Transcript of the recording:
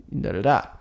da-da-da